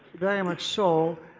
very much so.